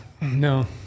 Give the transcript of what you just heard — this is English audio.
No